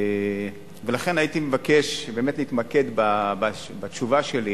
לכן הייתי מבקש להתמקד בתשובה שלי